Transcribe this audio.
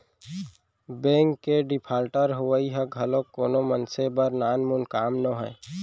bank के defaulter होवई ह घलोक कोनो मनसे बर नानमुन काम नोहय